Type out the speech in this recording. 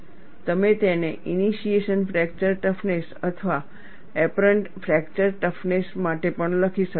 તમે તેને initiation fracture toughness અથવા એપ્પરન્ટ ફ્રેકચર ટફનેસ માટે પણ લખી શકો છો